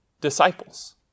disciples